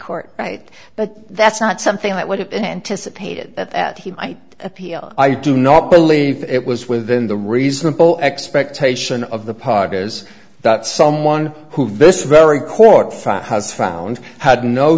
court right but that's not something that would have been anticipated that he might appeal i do not believe it was within the reasonable expectation of the pod is that someone who this very court found has found had no